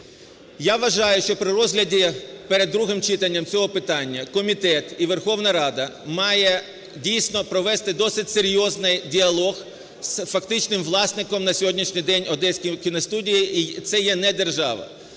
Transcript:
Я вважаю, що при розгляді перед другим читанням цього питання комітет і Верховна Рада має дійсно провести досить серйозний діалог з фактичним власником на сьогоднішній день Одеської кіностудії, і це є не держава.